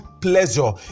pleasure